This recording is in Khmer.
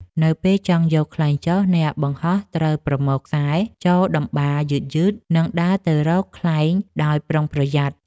នៅពេលចង់យកខ្លែងចុះ អ្នកបង្ហោះត្រូវប្រមូលខ្សែចូលតម្បារយឺតៗ និងដើរទៅរកខ្លែងដោយប្រុងប្រយ័ត្ន។